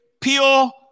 pure